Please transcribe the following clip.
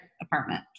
apartment